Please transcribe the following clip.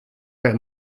per